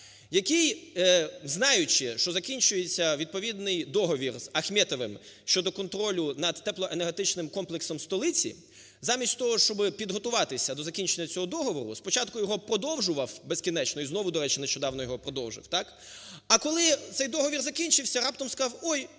який, знаючи, що закінчується відповідний договір з Ахметовим щодо контролю над теплоенергетичним комплексом столиці, замість того, щоб підготуватися до закінчення цього договору, спочатку його продовжував безкінечно, і знову, до речі, нещодавно його продовжив, так, а, коли цей договір закінчився раптом сказав, ой,